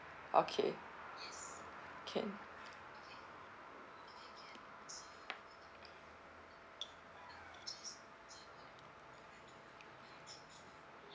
okay can